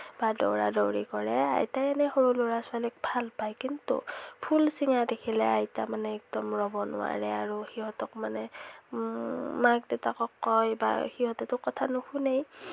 বা দৌৰা দৌৰি কৰে আইতাই এনে সৰু ল'ৰা ছোৱালীক ভাল পায় কিন্তু ফুল চিঙা দেখিলে আইতা মানে একদম ৰ'ব নোৱাৰে আৰু সিহঁতক মানে মাক দেউতাকক কয় বা সিহঁতেতো কথা নুশুনেই